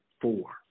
four